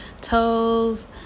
toes